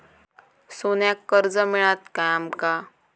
सोन्याक कर्ज मिळात काय आमका?